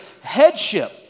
Headship